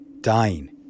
dying